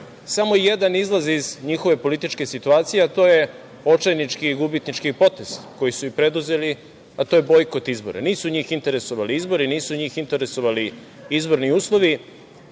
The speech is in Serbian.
samo jedan izlaz iz njihove političke situacije, a to je očajnički i gubitnički potez, koji su i preduzeli – bojkot izbora. Nisu njih interesovali izbori, nisu njih interesovali izborni uslovi,